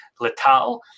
Letal